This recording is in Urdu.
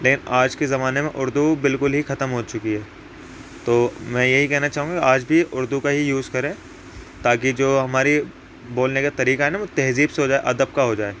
لیکن آج کے زمانے میں اردو بالکل ہی ختم ہو چکی ہے تو میں یہی کہنا چاہوں گا آج بھی اردو کا ہی یوز کریں تاکہ جو ہماری بولنے کا طریقہ ہے نا وہ تہذیب سے ہو جائے ادب کا ہو جائے